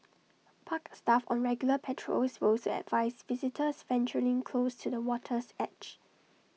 park staff on regular patrols will also advise visitors venturing close to the water's edge